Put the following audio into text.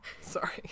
sorry